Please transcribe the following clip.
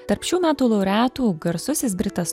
tarp šių metų laureatų garsusis britas